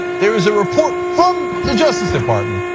there is a report from the justice department,